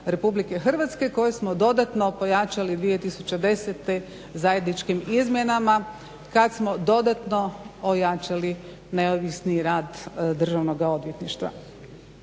Ustava RH koje smo dodatno pojačali 2010.zajedničkim izmjenama kada smo dodatno ojačali neovisni rad Državnoga odvjetništva.